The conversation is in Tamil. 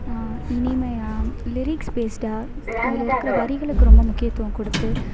இனிமையாக லிரிக்ஸ் பேஸ்சுடாக அதில் இருக்கிற வரிகளுக்கு ரொம்ப முக்கியத்துவம் கொடுத்து